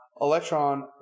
Electron